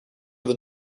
than